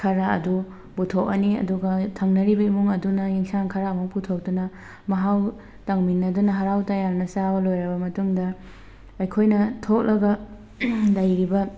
ꯈꯔ ꯑꯗꯨ ꯄꯨꯊꯣꯛꯑꯅꯤ ꯑꯗꯨꯒ ꯊꯪꯅꯔꯤꯕ ꯏꯃꯨꯡ ꯑꯗꯨꯅ ꯌꯦꯟꯁꯥꯡ ꯈꯔ ꯑꯃꯨꯛ ꯄꯨꯊꯣꯛꯇꯨꯅ ꯃꯍꯥꯎ ꯇꯪꯃꯤꯟꯅꯗꯨꯅ ꯍꯔꯥꯎ ꯇꯌꯥꯝꯅ ꯆꯥꯕ ꯂꯣꯏꯔꯕ ꯃꯇꯨꯡꯗ ꯑꯩꯈꯣꯏꯅ ꯊꯣꯛꯂꯒ ꯂꯩꯔꯤꯕ